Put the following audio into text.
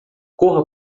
corra